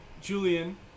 Julian